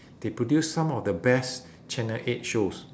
they produce some of the best channel eight shows